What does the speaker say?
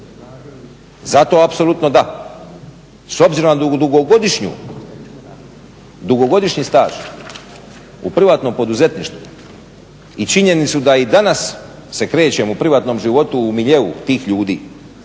za to apsolutno da. S obzirom na dugogodišnji staž u privatnom poduzetništvu i činjenicu da i danas se krećemo u privatnom životu u miljeu tih ljudi,